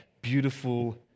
beautiful